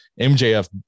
mjf